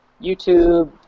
YouTube